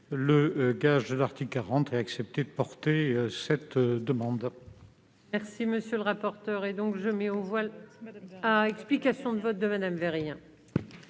le gage de l'article 40 et accepté de répondre à cette demande.